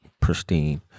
Pristine